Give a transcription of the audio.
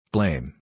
Blame